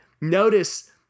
notice